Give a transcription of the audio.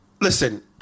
listen